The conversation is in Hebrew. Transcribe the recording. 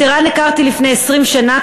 "את ערן הכרתי לפני 20 שנים,